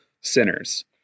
sinners